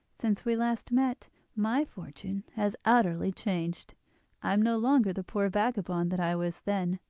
since we last met my fortune has utterly changed i am no longer the poor vagabond that i was then.